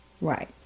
Right